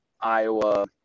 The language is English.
Iowa